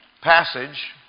passage